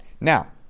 Now